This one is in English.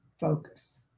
focus